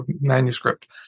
manuscript